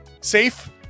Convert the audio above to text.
Safe